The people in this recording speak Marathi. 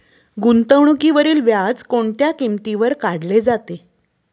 गुंतवणुकीवरील व्याज कोणत्या किमतीवर काढले जाते?